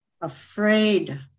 afraid